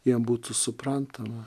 jiems būtų suprantama